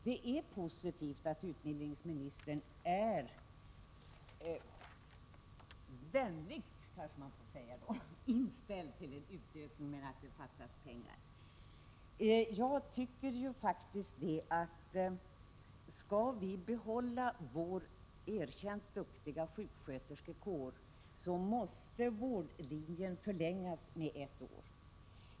Det är bra att utbildningsministern är positivt inställd till en utökning. Skall vi kunna behålla vår erkänt duktiga sjuksköterskekår, måste bl.a. gymnasiala vårdlinjen förlängas med ett år.